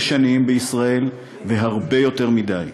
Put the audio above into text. יש עניים בישראל, והרבה יותר מדי,